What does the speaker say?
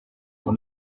vous